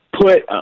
put